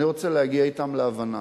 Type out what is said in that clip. אני רוצה להגיע אתם להבנה,